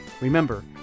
Remember